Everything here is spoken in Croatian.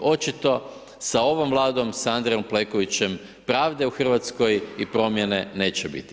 Očito s ovom Vladom s Andrijom Plenkovićem pravda u Hrvatskoj i promjene neće biti.